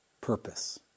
purpose